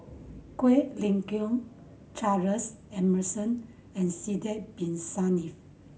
Quek Ling Kiong Charles Emmerson and Sidek Bin Saniff